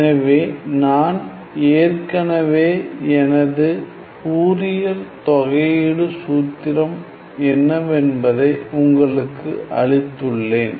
எனவே நான் ஏற்கனவே எனது ஃபோரியர் தொகை சூத்திரம் என்னவென்பதை உங்களுக்கு அளித்துள்ளேன்